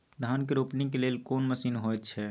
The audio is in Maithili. धान के रोपनी के लेल कोन मसीन होयत छै?